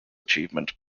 achievement